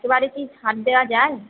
একেবারে কি ছাড় দেওয়া যায়